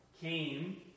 came